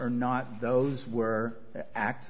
or not those were act